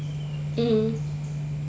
mm